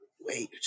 Wait